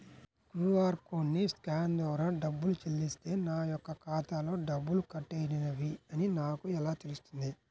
QR కోడ్ని scan ద్వారా డబ్బులు చెల్లిస్తే నా యొక్క ఖాతాలో డబ్బులు కట్ అయినవి అని నాకు ఎలా తెలుస్తుంది?